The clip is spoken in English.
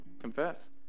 confess